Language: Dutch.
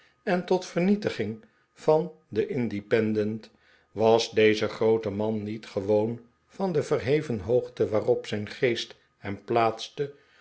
en tot vernietiging van den independent was deze groote man niet gewoon van de verheven hoogte waarop zijn geest hem plaatste